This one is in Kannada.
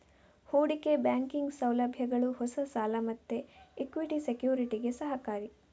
ಹೂಡಿಕೆ ಬ್ಯಾಂಕಿಂಗ್ ಸೌಲಭ್ಯಗಳು ಹೊಸ ಸಾಲ ಮತ್ತೆ ಇಕ್ವಿಟಿ ಸೆಕ್ಯುರಿಟಿಗೆ ಸಹಕಾರಿ